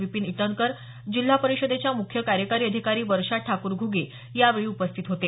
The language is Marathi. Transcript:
विपीन इटनकर जिल्हा परिषदेच्या मुख्य कार्यकारी अधिकारी वर्षा ठाकूर घ्गे यावेळी उपस्थित होते